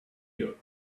you